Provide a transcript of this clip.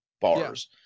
bars